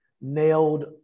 nailed